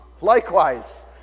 likewise